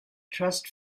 trust